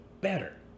better